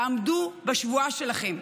תעמדו בשבועה שלכם.